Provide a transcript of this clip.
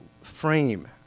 frame